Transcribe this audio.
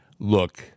Look